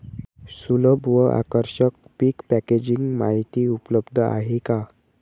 सुलभ व आकर्षक पीक पॅकेजिंग माहिती उपलब्ध आहे का?